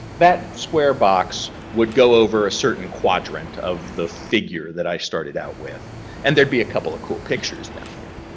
that square box would go over a certain quadrant of the figure that i started out with and there'd be a couple of cool pictures down here.